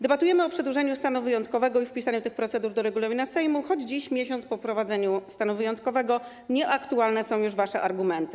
Debatujemy o przedłużeniu stanu wyjątkowego i wpisaniu tych procedur do regulaminu Sejmu, choć dziś, miesiąc po wprowadzeniu stanu wyjątkowego, nieaktualne są już wasze argumenty.